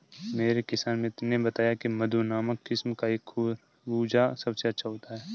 मेरे किसान मित्र ने बताया की मधु नामक किस्म का खरबूजा सबसे अच्छा होता है